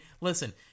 listen